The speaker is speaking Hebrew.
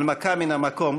הנמקה מן המקום.